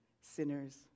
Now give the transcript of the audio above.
sinners